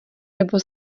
nebo